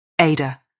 Ada